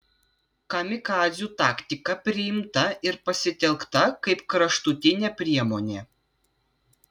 kamikadzių taktika priimta ir pasitelkta kaip kraštutinė priemonė